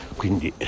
quindi